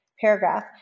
paragraph